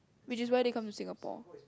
which is why they come to Singapore